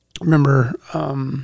Remember